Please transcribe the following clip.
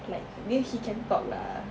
like dia he can talk lah